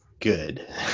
good